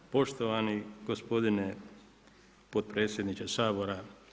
Poštovani gospodine potpredsjedniče Sabora.